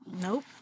Nope